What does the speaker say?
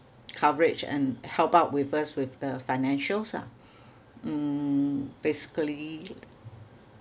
coverage and help out with us with the financials ah mm basically